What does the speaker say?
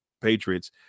Patriots